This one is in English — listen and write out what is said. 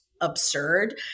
absurd